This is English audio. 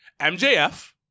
MJF